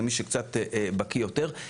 למי שקצת בקיא יותר,